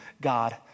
God